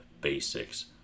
basics